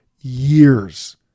years